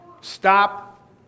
stop